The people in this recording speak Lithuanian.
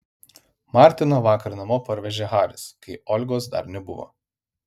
martiną vakar namo parvežė haris kai olgos dar nebuvo